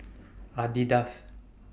Adidas